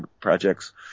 projects